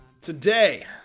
today